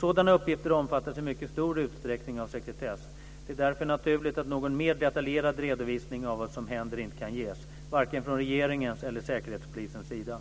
Sådana uppgifter omfattas i mycket stor utsträckning av sekretess. Det är därför naturligt att någon mer detaljerad redovisning av vad som händer inte kan ges varken från regeringens eller Säkerhetspolisens sida.